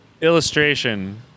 illustration